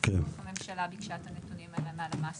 הממשלה ביקשה את הנתונים האלה מהלמ"ס